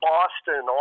Boston